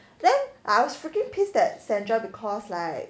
then I was freaking pissed that sandra because like